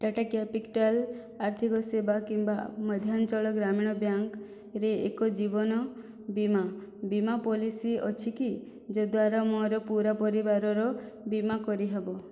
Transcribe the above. Tata capital ଆର୍ଥିକ ସେବା କିମ୍ବା ମଧ୍ୟାଞ୍ଚଳ ଗ୍ରାମୀଣ ବ୍ୟାଙ୍କରେ ଏକ ଜୀବନ ବୀମା ବୀମା ପଲିସି ଅଛି କି ଯଦ୍ଵାରା ମୋର ପୂରା ପରିବାରର ବୀମା କରିହେବ